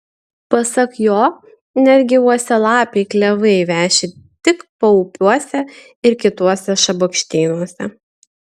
pasak jo netgi uosialapiai klevai veši tik paupiuose ir kituose šabakštynuose